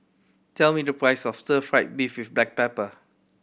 tell me the price of Stir Fry beef with black pepper